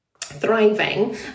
thriving